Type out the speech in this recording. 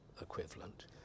equivalent